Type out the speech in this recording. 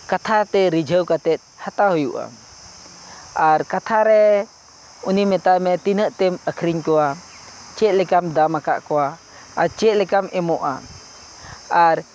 ᱠᱟᱛᱷᱟᱛᱮ ᱨᱤᱡᱷᱟᱹᱣ ᱠᱟᱛᱮᱫ ᱦᱟᱛᱟᱣ ᱦᱩᱭᱩᱜᱼᱟ ᱟᱨ ᱠᱟᱛᱷᱟᱨᱮ ᱩᱱᱤ ᱢᱮᱛᱟᱭ ᱢᱮ ᱛᱤᱱᱟᱹᱜ ᱛᱮᱢ ᱟᱹᱠᱷᱨᱤᱧ ᱠᱚᱣᱟ ᱪᱮᱫ ᱞᱮᱠᱟᱢ ᱫᱟᱢ ᱟᱠᱟᱫ ᱠᱚᱣᱟ ᱟᱨ ᱪᱮᱫ ᱞᱮᱠᱟᱢ ᱮᱢᱚᱜᱼᱟ ᱟᱨ